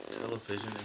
Television